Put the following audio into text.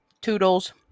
toodles